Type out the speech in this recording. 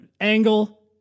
angle